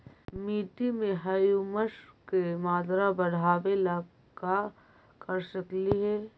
मिट्टी में ह्यूमस के मात्रा बढ़ावे ला का कर सकली हे?